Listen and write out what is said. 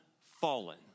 fallen